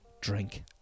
drink